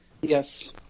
yes